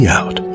out